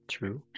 True